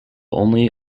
only